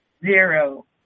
zero